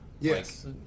Yes